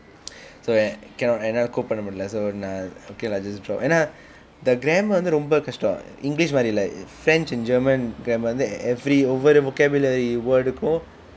so uh cannot என்னால:ennala cope பண்ண முடியல:panna mudiyala so நான்:naan okay lah just drop ஆனா:aana the grammar வந்து ரொம்ப கஷ்டம்:vanthu romba kashtam english மாதிரி இல்லை:maathiri illai french and german grammar வந்து:vanthu every ஒவ்வொரு:ovvoru vocabulary word க்கும்:kkum